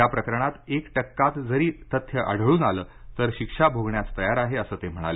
या प्रकरणात एक टक्का जरी तथ्य आढळून आलं तर शिक्षा भोगण्यास तयार आहे असं ते म्हणाले